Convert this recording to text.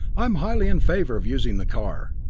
i'm highly in favor of using the car.